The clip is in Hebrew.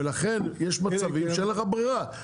ולכן, יש מצבים שאין לך ברירה.